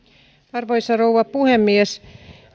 arvoisa rouva puhemies